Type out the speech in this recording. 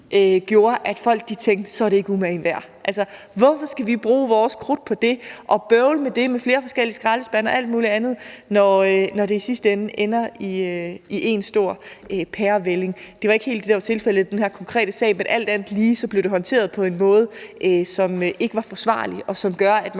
gjorde, at folk tænkte, at så var det ikke umagen værd at sortere det. Altså, hvorfor skal vi bruge vores krudt på det og bøvle med det med flere forskellige skraldespande og alt mulig andet, når det i sidste ende ender i en stor pærevælling? Det var ikke helt det, der var tilfældet i den her konkrete sag, men alt andet lige blev det håndteret på en måde, som ikke var forsvarlig, og som gør, at